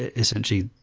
ah essentially,